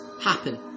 happen